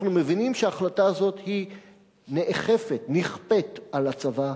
אנחנו מבינים שההחלטה הזאת נכפית על הצבא,